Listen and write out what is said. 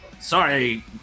sorry